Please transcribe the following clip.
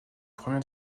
première